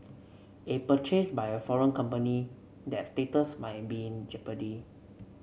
if purchased by a foreign company that status might be in jeopardy